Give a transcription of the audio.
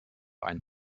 ein